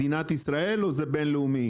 מדינת ישראל או שזה בין-לאומי?